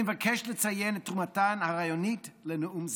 אני מבקש לציין את תרומתן הרעיונית לנאום זה.